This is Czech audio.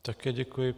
Také děkuji.